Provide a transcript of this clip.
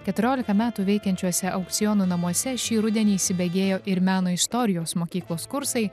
keturiolika metų veikiančiuose aukcionų namuose šį rudenį įsibėgėjo ir meno istorijos mokyklos kursai